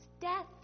death